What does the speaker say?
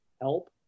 help